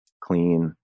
clean